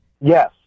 yes